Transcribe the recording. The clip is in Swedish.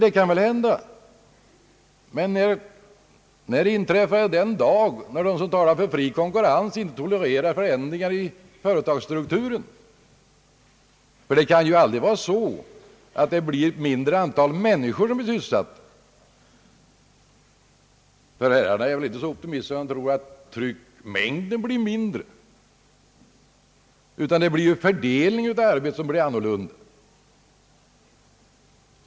Det kan väl hända, men när inträffade den dag då de som talar för fri konkurrens inte tolererar förändringar i företagsstrukturen? Det kan ju aldrig vara så att det blir ett mindre antal människor som blir sysselsatta. Herrarna är väl inte så optimistiska att ni tror att tryckmängden blir mindre. Det blir i stället fördelningen av arbetet som blir annorlunda.